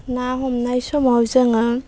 ना हमनाय समाव जोङो